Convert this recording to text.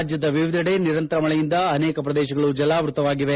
ರಾಜ್ಯದ ವಿವಿಧೆಡೆ ನಿರಂತರ ಮಳೆಯಿಂದ ಅನೇಕ ಪ್ರದೇಶಗಳು ಜಲಾವೃತವಾಗಿದೆ